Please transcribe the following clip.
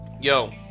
yo